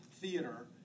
Theater